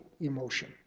emotion